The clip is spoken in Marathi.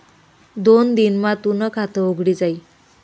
दोन दिन मा तूनं खातं उघडी जाई